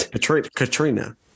Katrina